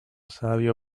sabio